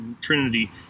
trinity